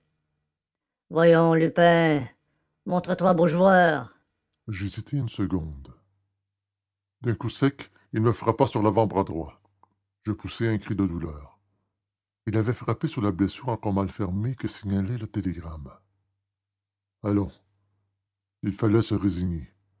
voyons lupin montrez-vous beau joueur j'hésitai une seconde d'un coup sec il me frappa sur l'avant-bras droit je poussai un cri de douleur il avait frappé sur la blessure encore mal fermée que signalait le télégramme allons il fallait se résigner